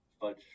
Fudge